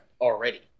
already